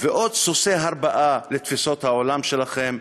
ועוד סוסי הרבעה לתפיסות העולם שלכם?